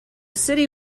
city